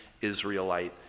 Israelite